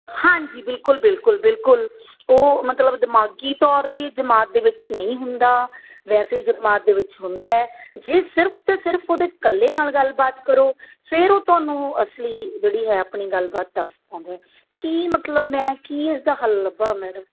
ਹਾਂਜੀ ਬਿਲਕੁਲ ਬਿਲਕੁਲ ਬਿਲਕੁਲ ਉਹ ਮਤਲਬ ਦਿਮਾਗੀ ਤੌਰ 'ਤੇ ਜਮਾਤ ਦੇ ਵਿੱਚ ਨਹੀਂ ਹੁੰਦਾ ਵੈਸੇ ਜਮਾਤ ਦੇ ਵਿੱਚ ਹੁੰਦਾ ਜੇ ਸਿਰਫ਼ ਅਤੇ ਸਿਰਫ਼ ਉਹਦੇ ਇਕੱਲੇ ਨਾਲ ਗੱਲਬਾਤ ਕਰੋ ਫਿਰ ਉਹ ਤੁਹਾਨੂੰ ਅਸਲੀ ਜਿਹੜੀ ਹੈ ਆਪਣੀ ਗੱਲਬਾਤ ਦੱਸ ਪਾਉਂਦਾ ਕੀ ਮਤਲਬ ਮੈਂ ਕੀ ਇਸਦਾ ਹੱਲ ਲੱਭਾਂ ਮੈਡਮ